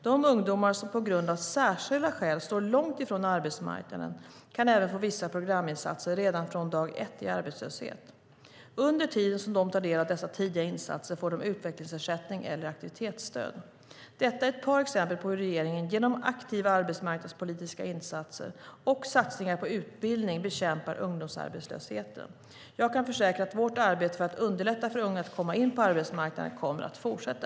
De ungdomar som på grund av särskilda skäl står långt ifrån arbetsmarknaden kan även få vissa programinsatser redan från dag ett i arbetslöshet. Under tiden som de tar del av dessa tidiga insatser får de utvecklingsersättning eller aktivitetsstöd. Detta är ett par exempel på hur regeringen genom aktiva arbetsmarknadspolitiska insatser och satsningar på utbildning bekämpar ungdomsarbetslösheten. Jag kan försäkra att vårt arbete för att underlätta för unga att komma in på arbetsmarknaden kommer att fortsätta.